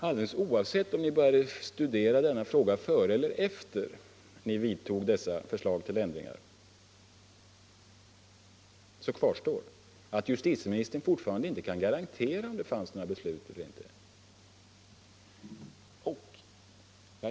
Alldeles oavsett om ni hade studerat denna fråga före eller efter dessa förslag till ändringar kvarstår att justitiministern fortfarande inte kan garantera om det fanns några beslut eller inte.